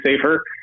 safer